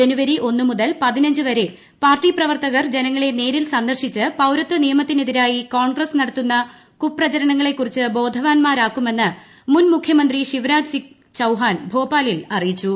ജനുവരി ഒന്നു മുതൽ പതിനിൽ വരെ പാർട്ടി പ്രവർത്തകർ ജനങ്ങളെ നേരിൽ സന്ദർശിച്ച് പ്രക്ത്വ നിയമത്തിനെതിരായി കോൺഗ്രസ് നടത്തുന്ന കുപ്രചരണങ്ങളെക്കുറിച്ച് ബോധവാന്മാരാക്കുമെന്ന് മുൻ മുഖ്യമന്ത്രി ശിവ്രാജ് സിംഗ് ചൌഹാൻ ഭോപ്പാലിൽ അറിയിച്ചു